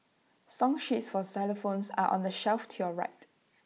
song sheets for xylophones are on the shelf to your right